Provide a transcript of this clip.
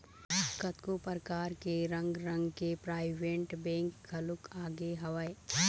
कतको परकार के रंग रंग के पराइवेंट बेंक घलोक आगे हवय